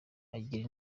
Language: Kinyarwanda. agira